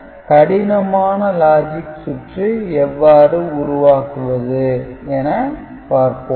B அடுத்த கடினமான logic சுற்று எவ்வாறு உருவாக்குவது என பார்ப்போம்